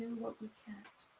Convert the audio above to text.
what we can't.